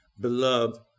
Beloved